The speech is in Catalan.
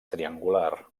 triangular